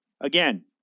Again